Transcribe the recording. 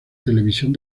televisión